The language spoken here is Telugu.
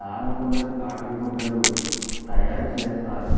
దారపుండలు కాటన్ గుడ్డలు తయారసేస్తారు